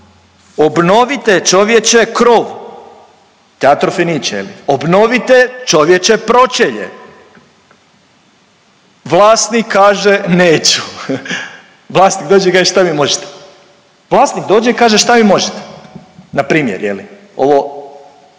obnovite čovječe krov Teatro Fenice jel, obnovite čovječe pročelje. Vlasnik kaže neću. Vlasnik dođe i kaže šta mi možete. Vlasnik dođe i kaže šta mi možete npr. je li ovo